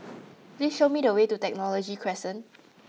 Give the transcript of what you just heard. please show me the way to Technology Crescent